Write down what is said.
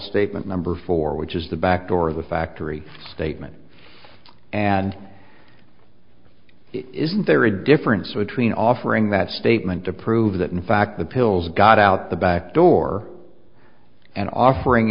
statement number four which is the back door of the factory statement and isn't there a difference between offering that statement to prove that in fact the pills got out the back door and offering